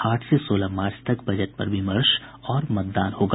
आठ से सोलह मार्च तक बजट पर विमर्श और मतदान होगा